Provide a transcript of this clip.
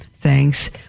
thanks